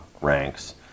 ranks